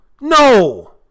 no